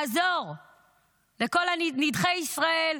לעזור לכל נידחי ישראל,